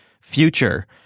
future